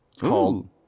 called